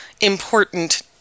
important